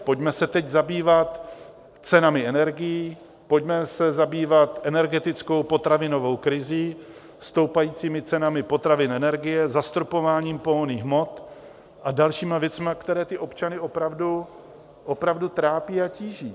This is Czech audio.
Pojďme se teď zabývat cenami energií, pojďme se zabývat energetickou, potravinovou krizí, stoupajícími cenami potravin, energie, zastropováním pohonných hmot a dalšími věcmi, které občany opravdu, opravdu trápí a tíží.